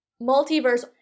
Multiverse